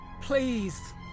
please